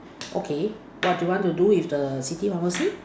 okay what do you want to do with the city pharmacy